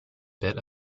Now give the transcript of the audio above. bit